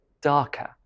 darker